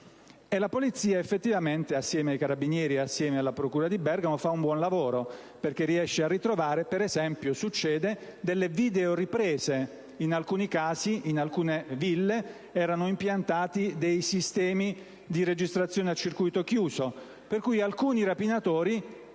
La Polizia, effettivamente, assieme ai Carabinieri e alla procura di Bergamo svolge un buon lavoro perché riesce a ritrovare, per esempio (succede), delle videoriprese, poiché in alcune ville erano impiantati dei sistemi di registrazione a circuito chiuso, per cui alcuni rapinatori